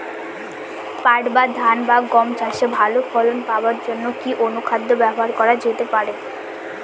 পাট বা ধান বা গম চাষে ভালো ফলন পাবার জন কি অনুখাদ্য ব্যবহার করা যেতে পারে?